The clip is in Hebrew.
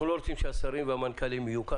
אנחנו לא רוצים שהשרים והמנכ"לים יהיו כאן,